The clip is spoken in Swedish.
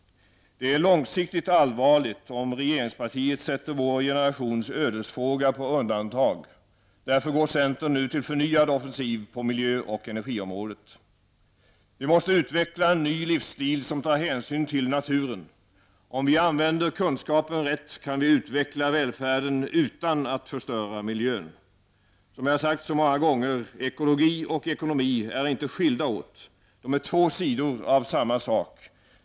Det är långsiktigt allvarligt om regeringspartiet sätter vår generations ödesfråga på undantag. Därför går centern nu till förnyad offensiv på miljö och energiområdet. Vi måste utveckla en ny livsstil som tar hänsyn till naturen. Om vi använder kunskapen rätt, kan vi utveckla välfärden utan att förstöra miljön. Som jag så många gånger har sagt är ekologi och ekonomi inte skilda åt. Ekologi och ekonomi är två sidor av samma sak.